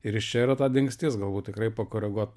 ir iš čia yra ta dingstis galbūt tikrai pakoreguot